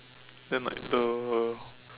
then like the